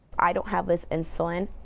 i don't have this insulin,